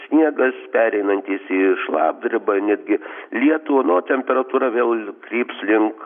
sniegas pereinantis į šlapdribą netgi lietų nu o temperatūra vėl kryps link